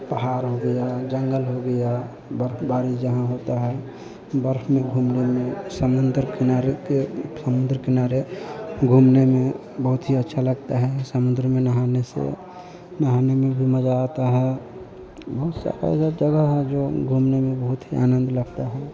पहाड़ हो गया जंगल हो गया बर्फबारी जहाँ होती है बर्फ में घूमने में समुन्दर किनारे पर समुन्दर किनारे घूमने में बहुत ही अच्छा लगता है समुन्द्र में नहाने से नहाने में भी मज़ा आता है बहुत सारी जगह है जो घूमने में बहुत ही आनंद लगता है